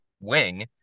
wing